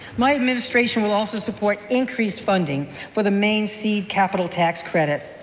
my administration will also support increased funding for the maine seed capital tax credit.